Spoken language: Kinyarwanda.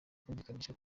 kumvikanisha